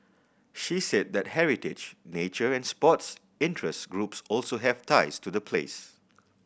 she said that heritage nature and sports interest groups also have ties to the place